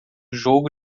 jogo